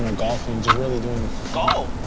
you know golfing, just really doin' golf!